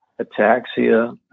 ataxia